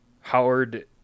Howard